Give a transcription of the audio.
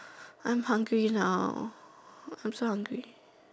I'm hungry now I'm so hungry